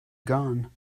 gone